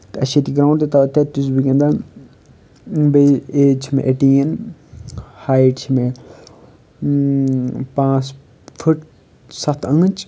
تہٕ اَسہِ چھِ ییٚتہِ گرٛاوُنٛڈ تہِ تَتہِ تہِ چھُس بہٕ گِنٛدان بیٚیہِ ایج چھِ مےٚ ایٹیٖن ہایِٹ چھِ مےٚ پانٛژھ فٹ سَتھ آنچہِ